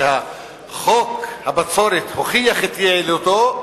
שחוק הבצורת הוכיח את יעילותו,